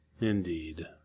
Indeed